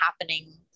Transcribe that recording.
happening